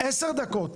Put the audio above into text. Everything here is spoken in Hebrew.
עשר דקות,